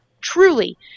truly